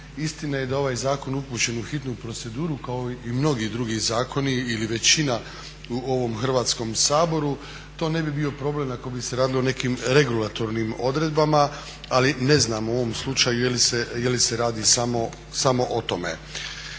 Istina je da je ovaj zakon upućen u hitnu proceduru kao i mnogi drugi zakoni ili većina u ovom Hrvatskom saboru. To ne bi bio problem ako bi se radilo o nekim regulatornim odredbama, ali ne znam u ovom slučaju je li se radi samo o tome.